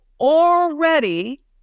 already